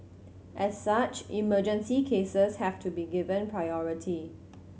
as such emergency cases have to be given priority